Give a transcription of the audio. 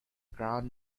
ground